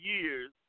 years